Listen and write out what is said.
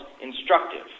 instructive